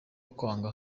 kwanga